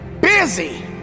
busy